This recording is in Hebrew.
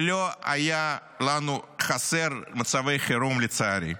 ולא היו חסרים לנו מצבי חירום, לצערי.